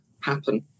happen